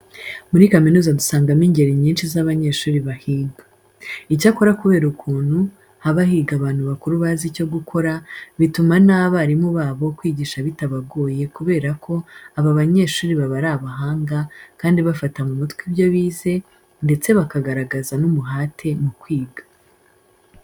Muri kaminuza dusangamo ingeri nyinshi z'abanyeshuri bahiga. Icyakora kubera ukuntu haba higa abantu bakuru bazi icyo gukora, bituma n'abarimu babo kwigisha bitabagoye kubera ko aba banyeshuri baba ari abahanga kandi bafata mu mutwe ibyo bize ndetse bakagaragaza n'umuhate mu kwiga.